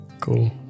Cool